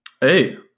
Hey